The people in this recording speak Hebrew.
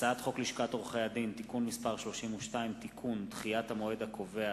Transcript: הצעת חוק לשכת עורכי-הדין (תיקון מס' 32) (תיקון) (דחיית המועד הקובע),